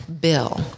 bill